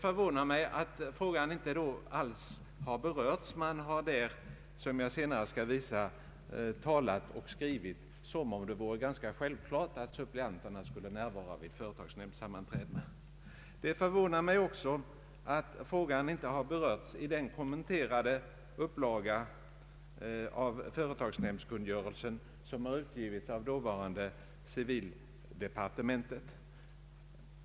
Därvid har man, som jag senare skall visa, talat och skrivit som om det vore ganska självklart att suppleant skall närvara vid sammanträdena. Det förvånar mig också att den av mig aktualiserade frågan inte har berörts i den kommenterade upplaga av företagsnämndskungörelsen som utgivits av dåvarande civildepartementet.